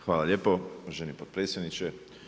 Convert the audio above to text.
Hvala lijepo uvaženi potpredsjedniče.